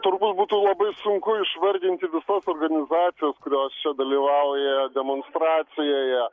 turbūt būtų labai sunku išvardinti visas organizacijas kurios čia dalyvauja demonstracijoje